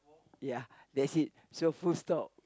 ya that's it so full stop